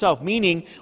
Meaning